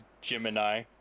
gemini